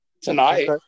tonight